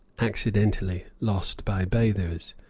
accidentally lost by bathers.